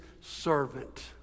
servant